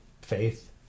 faith